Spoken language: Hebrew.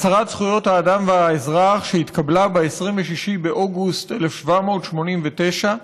הצהרת זכויות האדם והאזרח שהתקבלה ב-26 באוגוסט 1789,